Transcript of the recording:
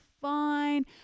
fine